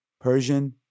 Persian